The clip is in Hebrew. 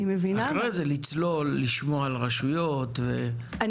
ואחרי כן לצלול ולשמוע על רשויות ועל